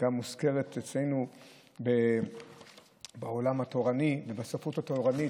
גם מוזכרת אצלנו בעולם התורני ובספרות התורנית.